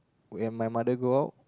when my mother go out